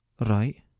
right